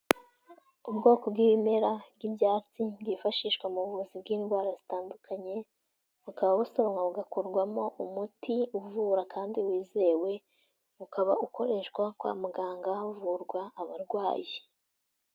Ubwoko bw'ibimera bw'ibyatsi bwifashishwa mu buvuzi bw'indwara zitandukanye, bukaba busoromwa bugakorwamo umuti uvura kandi wizewe, ukaba ukoreshwa kwa muganga havurwa abarwayi.